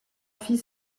fils